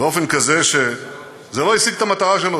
באופן כזה שזה לא השיג את המטרה שלו,